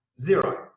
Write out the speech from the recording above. zero